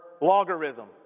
logarithm